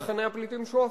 שועפאט.